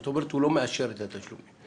כלומר, הוא לא מאשר את התשלומים.